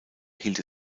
hielt